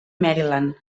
maryland